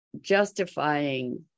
justifying